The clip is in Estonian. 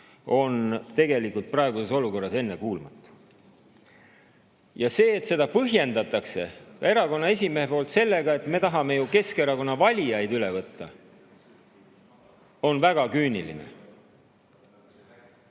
on tegelikult praeguses olukorras ennekuulmatu. Ja see, et seda põhjendab ka erakonna esimees sellega, et me tahame ju Keskerakonna valijaid üle võtta, on väga küüniline.